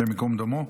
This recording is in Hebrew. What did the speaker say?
השם ייקום דמו,